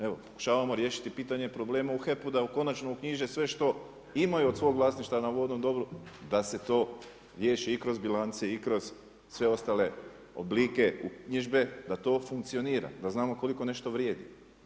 Evo pokušavamo riješiti pitanje problema u HEP-u da konačno uknjiže sve što imaju od svog vlasništva na vodnom dobru da se to riješi i kroz bilance i kroz sve ostale oblike, uknjižbe da to funkcionira da znamo koliko nešto vrijedi.